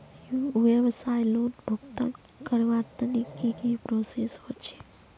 व्यवसाय लोन भुगतान करवार तने की की प्रोसेस होचे?